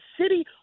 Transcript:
city